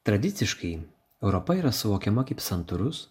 tradiciškai europa yra suvokiama kaip santūrus